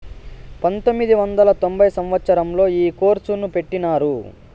పంతొమ్మిది వందల తొంభై సంవచ్చరంలో ఈ కోర్సును పెట్టినారు